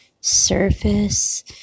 surface